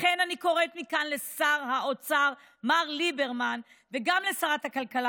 לכן אני קוראת מכאן לשר האוצר מר ליברמן וגם לשרת הכלכלה